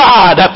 God